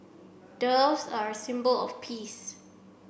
doves are symbol of peace